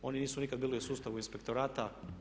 Oni nisu nikada bili u sustavu inspektorata.